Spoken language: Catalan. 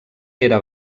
era